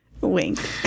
Wink